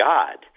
God